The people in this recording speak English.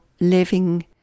living